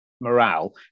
morale